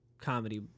comedy